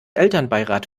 elternbeirat